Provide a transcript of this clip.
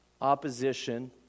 opposition